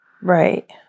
Right